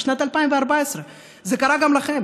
בשנת 2014. זה קרה גם לכם.